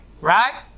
right